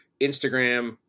Instagram